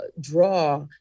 draw